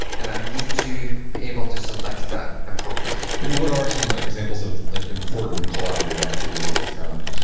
and i need to be able to select that appropriately. and what are some examples of like important collaborative activities that you've found?